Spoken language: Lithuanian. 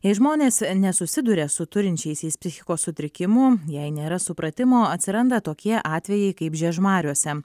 jei žmonės nesusiduria su turinčiaisiais psichikos sutrikimų jei nėra supratimo atsiranda tokie atvejai kaip žiežmariuose